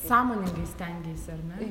sąmoningai stengeisi ar ne